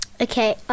Okay